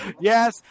Yes